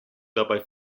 dabei